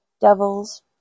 devils